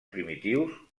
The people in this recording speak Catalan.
primitius